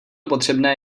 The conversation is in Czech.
potřebné